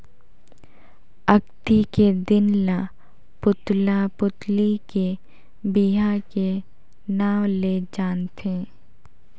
अक्ती के दिन ल पुतला पुतली के बिहा के नांव ले जानथें